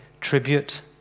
tribute